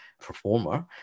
performer